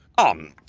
um,